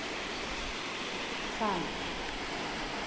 ᱥᱟᱱ